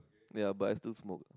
ya but I still smoke